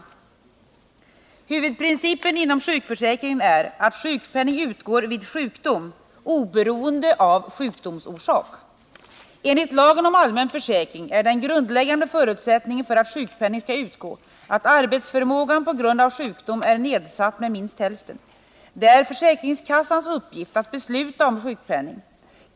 Torsdagen den Huvudprincipen inom sjukförsäkringen är att sjukpenning utgår vid 29 november 1979 Enligt lagen om allmän försäkring är den grundläggande förutsättningen för att sjukpenning skall utgå att arbetsförmågan på grund av sjukdom är nedsatt med minst hälften. Det är försäkringskassans uppgift att besluta om sjukpenning.